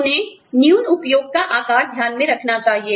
उन्हें न्यून उपयोग का आकार ध्यान में रखना चाहिए